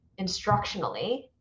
instructionally